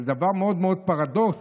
זה פרדוקס,